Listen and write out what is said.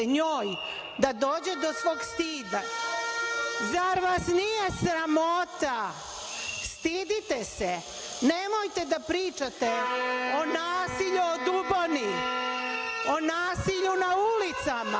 njoj da dođe do svog stida? Zar vas nije sramota? Stidite se. Nemojte da pričate o nasilju u Duboni, o nasilju na ulicama